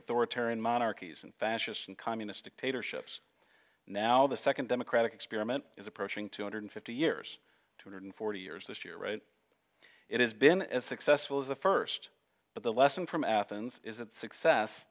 authoritarian monarchies and fascist and communist dictatorships now the second democratic experiment is approaching two hundred fifty years two hundred forty years this year it has been as successful as the first but the lesson from athens is that success